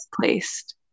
placed